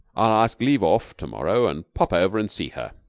i'll ask leave off to-morrow and pop over and see her.